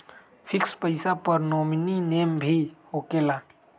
Fix पईसा पर nominee name भी होकेला?